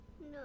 No